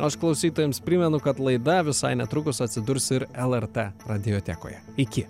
aš klausytojams primenu kad laida visai netrukus atsidurs ir lrt radiotekoje iki